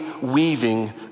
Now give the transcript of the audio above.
weaving